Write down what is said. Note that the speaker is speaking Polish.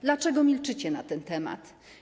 Dlaczego milczycie na ten temat?